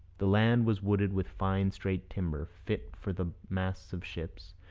the land was wooded with fine straight timber, fit for the masts of ships,